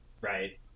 right